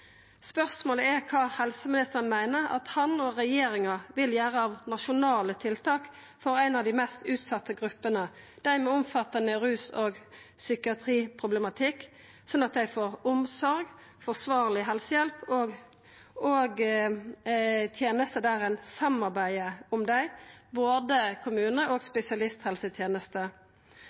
Spørsmålet er kva helseministeren meiner at han og regjeringa vil gjera av nasjonale tiltak for ei av dei mest utsette gruppene, dei med omfattande rus- og psykiatriproblematikk, slik at dei får omsorg, forsvarleg helsehjelp og tenester der ein samarbeider om dei, både kommunar og spesialisthelseteneste.